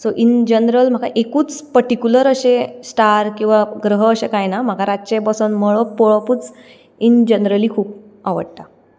so in general म्हाका एकूच particular अशें स्टार किंवां ग्रह अशें कांय ना म्हाका रातचें बसोन मळप पळोवपूच इन जनरली खूब आवडटा